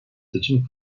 seçim